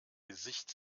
gesicht